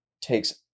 takes